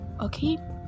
okay